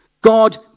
God